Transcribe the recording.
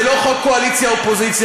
זה לא חוק קואליציה אופוזיציה,